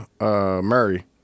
Murray